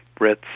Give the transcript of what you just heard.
Brits